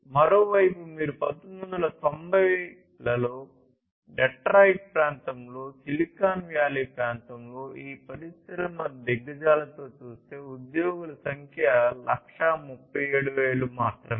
మరోవైపు మీరు 1990 లలో డెట్రాయిట్ ప్రాంతంలో సిలికాన్ వ్యాలీ ప్రాంతంలో ఈ పరిశ్రమ దిగ్గజాలతో చూస్తే ఉద్యోగుల సంఖ్య 137000 మాత్రమే